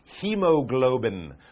hemoglobin